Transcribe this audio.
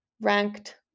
ranked